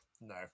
No